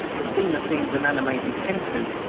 the steamer seemed an animated hen-coop.